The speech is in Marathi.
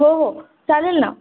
हो हो चालेल ना